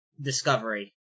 Discovery